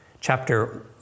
chapter